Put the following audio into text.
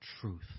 truth